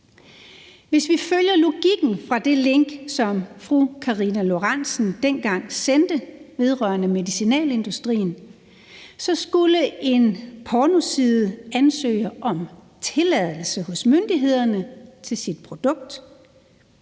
Hvis vi følger logikken fra det link, som fru Karina Lorentzen Dehnhardt dengang sendte, vedrørende medicinalindustrien, så skulle en pornoside ansøge om tilladelse hos myndighederne til sit produkt